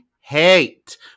hate